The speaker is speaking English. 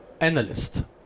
analyst